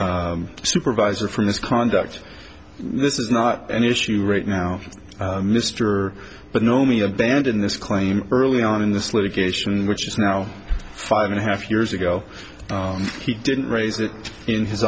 supervisor for misconduct this is not an issue right now mr but no me abandon this claim early on in this litigation which is now five and a half years ago he didn't raise it in his